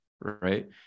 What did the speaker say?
right